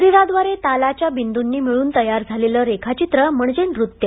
शरीराद्वारे तालाच्या बिंदुंनी मिळून तयार झालेलं रेखाचित्र म्हणजे नृत्य